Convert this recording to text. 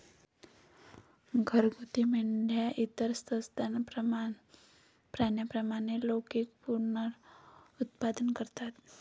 घरगुती मेंढ्या इतर सस्तन प्राण्यांप्रमाणे लैंगिक पुनरुत्पादन करतात